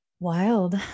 wild